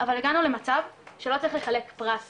אבל הגענו למצב שלא צריך לחלק פרס